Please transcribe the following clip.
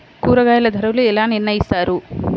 కూరగాయల ధరలు ఎలా నిర్ణయిస్తారు?